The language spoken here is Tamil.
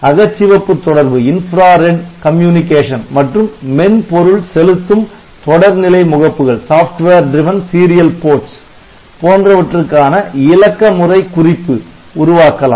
அகச்சிவப்பு தொடர்பு மற்றும் மென்பொருள் செலுத்தும் தொடர்நிலை முகப்புகள் போன்றவற்றுக்கான இலக்கமுறை குறிப்பு உருவாக்கலாம்